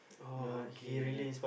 oh okay